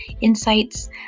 insights